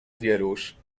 wierusz